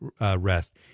rest